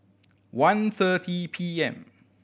one thirty P M